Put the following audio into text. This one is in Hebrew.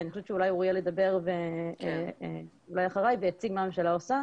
ואני חושבת שאולי אוריאל ידבר אחריי ויציג מה הממשלה עושה.